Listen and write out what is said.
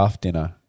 dinner